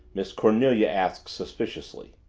miss cornelia asked suspiciously.